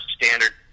standard